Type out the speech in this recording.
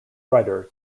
writer